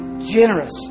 generous